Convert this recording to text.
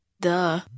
duh